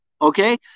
Okay